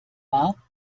wahr